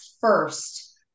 first